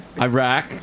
Iraq